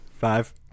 Five